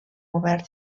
govern